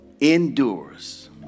endures